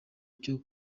cyo